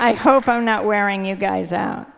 i hope i'm not wearing you guys out